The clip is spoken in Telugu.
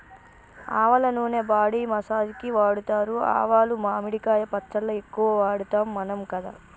ఆవల నూనె బాడీ మసాజ్ కి వాడుతారు ఆవాలు మామిడికాయ పచ్చళ్ళ ఎక్కువ వాడుతాం మనం కదా